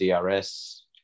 drs